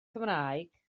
cymraeg